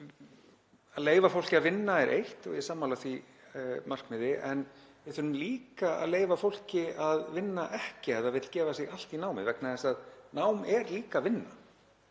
Að leyfa fólki að vinna er eitt og ég er sammála því markmiði, en við þurfum líka að leyfa fólki að vinna ekki ef það vill gefa sig allt í námið vegna þess að nám er líka vinna.